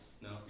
No